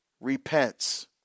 repents